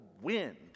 wind